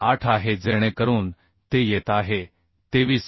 8 आहे जेणेकरून ते येत आहे 23